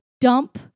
dump